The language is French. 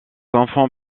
enfants